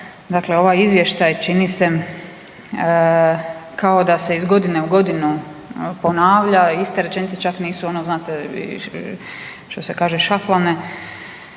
Dakle, ovaj izvještaj čini se kao da se iz godine u godinu ponavlja, iste rečenice, čak nisu ono